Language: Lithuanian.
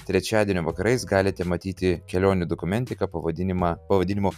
trečiadienio vakarais galite matyti kelionių dokumentiką pavadinimą pavadinimu